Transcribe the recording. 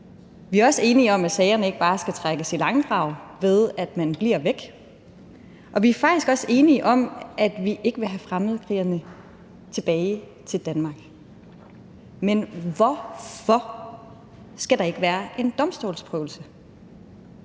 Vi er også enige om, at sagerne ikke bare skal trækkes i langdrag, ved at man bliver væk. Og vi er faktisk også enige om, at vi ikke vil have fremmedkrigerne tilbage til Danmark. Men hvorfor skal der ikke være en domstolsprøvelse?